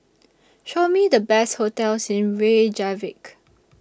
Show Me The Best hotels in Reykjavik